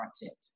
content